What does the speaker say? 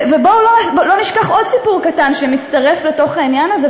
ובואו לא נשכח עוד סיפור קטן שמצטרף לעניין הזה,